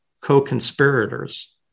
co-conspirators